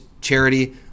Charity